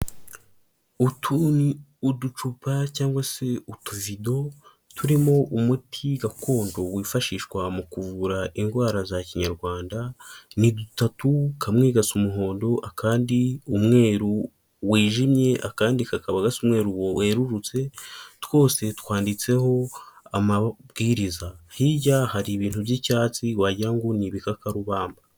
Utu ni uducupa cyangwa se utuvido turimo umuti gakondo wifashishwa mu kuvura indwara za kinyarwanda, ni dutatu kamwe gasa umuhondo akandi umweru wijimye akandi kakaba gasa umweruru werurutse twose twanditseho amabwiriza hirya hari ibintu by'icyatsi wagira ngo ni ibikakarubamba.